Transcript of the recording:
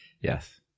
Yes